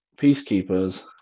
Peacekeepers